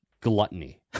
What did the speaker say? gluttony